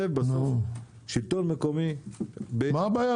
בסוף שלטון מקומי- -- מה הבעיה?